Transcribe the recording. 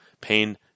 pain